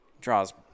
Draws